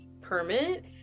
permit